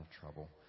trouble